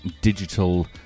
digital